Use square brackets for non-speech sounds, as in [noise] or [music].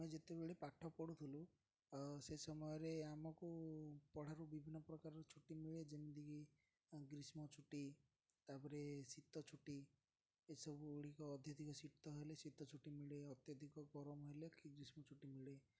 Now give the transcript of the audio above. ଆମେ ଯେତେବେଳେ ପାଠ ପଢ଼ୁଥିଲୁ ସେ ସମୟରେ ଆମକୁ ପଢ଼ାରୁ ବିଭିନ୍ନ ପ୍ରକାର ଛୁଟି ମିଳେ ଯେମିତିକି ଗ୍ରୀଷ୍ମ ଛୁଟି ତା'ପରେ ଶୀତ ଛୁଟି ଏସବୁ ଗୁଡ଼ିକ ଅତ୍ୟଧିକ ଶୀତ ହେଲେ ଶୀତ ଛୁଟି ମିଳେ ଅତ୍ୟଧିକ ଗରମ ହେଲେ [unintelligible] ଗ୍ରୀଷ୍ମଛୁଟି ମିଳେ